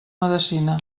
medecina